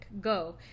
Go